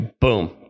boom